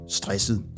stresset